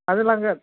माजों लांगोन